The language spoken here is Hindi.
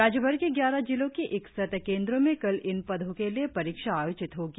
राज्यभर के ग्यारह जिलों के इकसठ केंद्रों में कल इन पदो के लिए परीक्षा आयोजित होगी